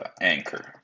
Anchor